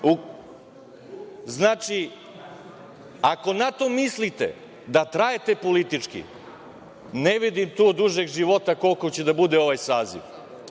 ako na to mislite da trajete politički, ne vidim tu dužeg života koliko će da bude ovaj saziv.